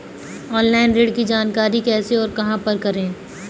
Online ऋण की जानकारी कैसे और कहां पर करें?